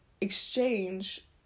exchange